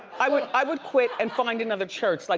i would i would quit and find another church. like